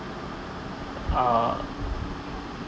uh